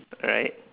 alright